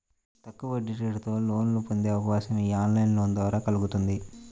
తక్కువ వడ్డీరేటుతో లోన్లను పొందే అవకాశం యీ ఆన్లైన్ లోన్ల ద్వారా కల్గుతుంది